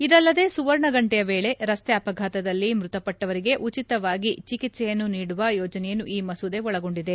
ಇದಲ್ಲದೆ ಸುವರ್ಣ ಗಂಟೆಯ ವೇಳೆ ರಸ್ತೆ ಅಪಘಾತದಲ್ಲಿ ಗಾಯಗೊಂಡವರಿಗೆ ಉಚಿತವಾಗಿ ಚಿಕಿತ್ಸೆಯನ್ನು ನೀಡುವ ಯೋಜನೆಯನ್ನು ಈ ಮಸೂದೆ ಒಳಗೊಂಡಿದೆ